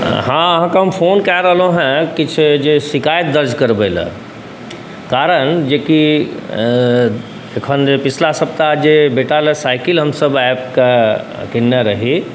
हँ अहाँके फोन कऽ रहलहुँ कि छै जे शिकायत दर्ज करबैलए कारण जेकि एखन जे पछिला सप्ताह जे बेटालए साइकिल हमसब आबिकऽ किनने रही